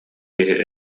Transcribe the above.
киһи